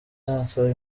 ansaba